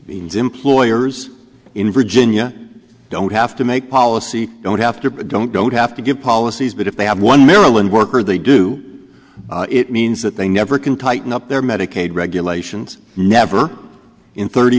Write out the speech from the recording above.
means employers in virginia don't have to make policy don't have to don't don't have to give policies but if they have one maryland worker they do it means that they never can tighten up their medicaid regulations never in thirty